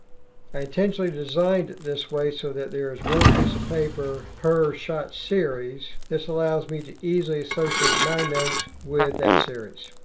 i intentionally designed it this way so that there is one piece of paper per shot series. this allows me to easily associate my notes with that series.